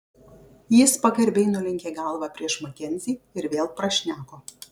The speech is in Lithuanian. jis pagarbiai nulenkė galvą prieš makenzį ir vėl prašneko